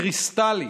קריסטלית,